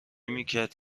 میکرد